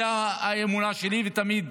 זאת האמונה שלי תמיד,